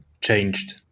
changed